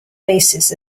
basis